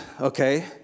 Okay